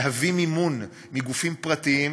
להביא מימון מגופים פרטיים,